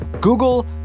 Google